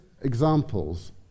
examples